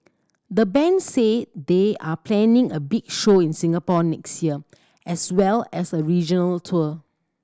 the band say they are planning a big show in Singapore next year as well as a regional tour